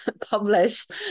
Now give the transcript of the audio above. published